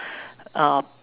uh